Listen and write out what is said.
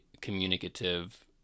communicative